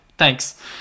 Thanks